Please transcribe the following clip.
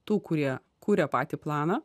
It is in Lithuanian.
tų kurie kuria patį planą